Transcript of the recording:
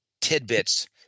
tidbits